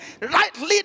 rightly